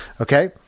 Okay